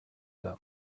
them